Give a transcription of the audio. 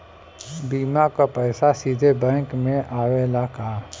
बीमा क पैसा सीधे बैंक में आवेला का?